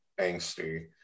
angsty